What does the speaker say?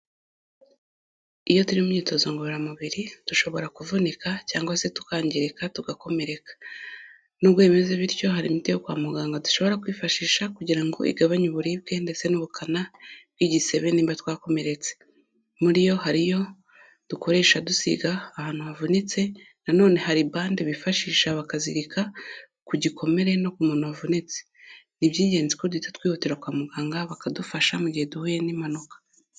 Iyo turimo imyitozo ngororamubiri dushobora kuvunika cyangwa se tukangirika tugakomereka. N'ubwo bimeze bityo hari imiti yo kwa muganga dushobora kwifashisha kugira ngo igabanye uburibwe ndetse n'ubukana bw'igisebe nimba twakomeretse. Muri yo hari iyo dukoresha dusiga ahantu havunitse, na none hari bande bifashisha bakazirika ku gikomere no ku muntu wavunitse. Ni iby'ingenzi ko duhita twihutira kwa muganga bakadufasha mu gihe duhuye n'impanuka.